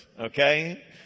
okay